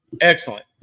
Excellent